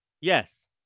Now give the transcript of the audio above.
Yes